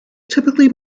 typically